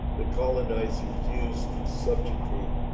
the colonizers used to subjugate,